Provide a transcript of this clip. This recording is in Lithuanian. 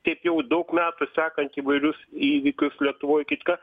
taip jau daug metų sekant įvairius įvykius lietuvoj kitką